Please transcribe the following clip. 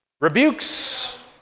Rebukes